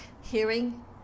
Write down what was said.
Hearing